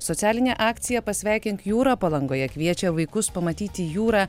socialinė akcija pasveikink jūrą palangoje kviečia vaikus pamatyti jūrą